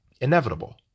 inevitable